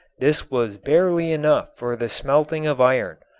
this was barely enough for the smelting of iron.